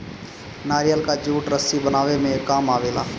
नारियल कअ जूट रस्सी बनावे में काम आवेला